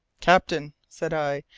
captain, said i,